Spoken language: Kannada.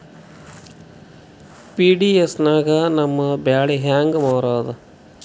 ಪಿ.ಡಿ.ಎಸ್ ನಾಗ ನಮ್ಮ ಬ್ಯಾಳಿ ಹೆಂಗ ಮಾರದ?